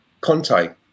Conte